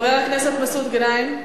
חבר הכנסת מסעוד גנאים,